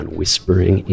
whispering